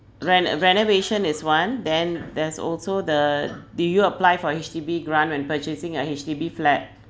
ren~ uh renovation is one then there's also the do you apply for H_D_B grant when purchasing a H_D_B flat